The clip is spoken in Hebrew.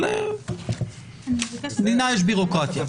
אבל במדינה יש ביורוקרטיה.